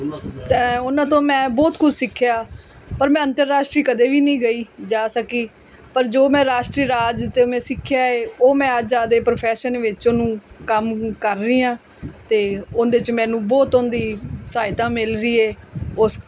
ਅਤੇ ਉਹਨਾਂ ਤੋਂ ਮੈਂ ਬਹੁਤ ਕੁਝ ਸਿੱਖਿਆ ਪਰ ਮੈਂ ਅੰਤਰਰਾਸ਼ਟਰੀ ਕਦੇ ਵੀ ਨਹੀਂ ਗਈ ਜਾ ਸਕੀ ਪਰ ਜੋ ਮੈਂ ਰਾਸ਼ਟਰੀ ਰਾਜ ਤੋਂ ਮੈਂ ਸਿੱਖਿਆ ਏ ਉਹ ਮੈਂ ਅੱਜ ਆਪਦੇ ਪ੍ਰੋਫੈਸ਼ਨ ਵਿੱਚ ਉਹਨੂੰ ਕੰਮ ਕਰ ਰਹੀ ਹਾਂ ਅਤੇ ਉਹਦੇ 'ਚ ਮੈਨੂੰ ਬਹੁਤ ਉਹਦੀ ਸਹਾਇਤਾ ਮਿਲ ਰਹੀ ਏ ਉਸ